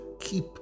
keep